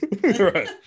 Right